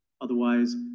otherwise